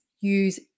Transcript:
Use